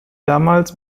damals